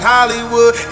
Hollywood